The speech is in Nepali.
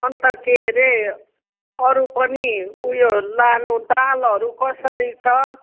अन्त के हरे अरू पनि उयो लानु दालहरू कसरी छ